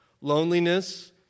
loneliness